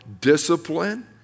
discipline